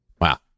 Wow